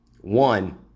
One